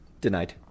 Denied